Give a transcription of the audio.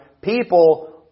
People